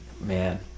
Man